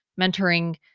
mentoring